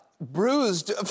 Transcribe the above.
bruised